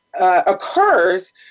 occurs